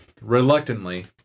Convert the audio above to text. Reluctantly